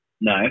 no